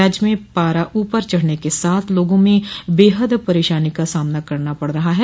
राज्य में पारा ऊपर चढ़ने के साथ लोगों को बेहद परेशानी का सामना करना पड़ रहा है